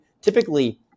typically